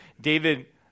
David